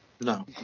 no